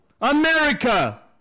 America